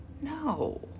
No